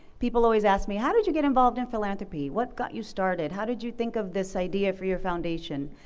people always ask me how did you get involved in philanthropy, what got you started, how did you think of this idea for your foundation,